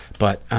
but